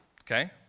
Okay